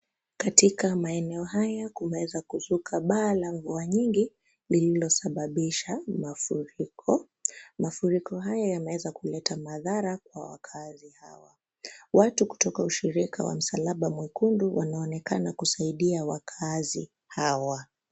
Katika maeneo haya kumeweza kuzuka baa la mvua nyingi lililosababisha mafuriko. Mafuriko haya yameweza kuleta madhara kwa wakaazi hawa. Watu kutoka Shirika la Msalaba Mwekundu wanaonekana kusaidia wakaazi hawa.